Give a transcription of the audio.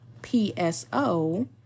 pso